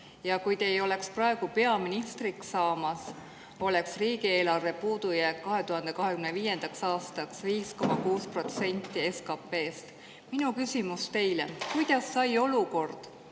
Kui te ei oleks praegu peaministriks saamas, oleks riigieelarve puudujääk 2025. aastaks 5,6% SKP‑st. Minu küsimus teile: kuidas sai olukord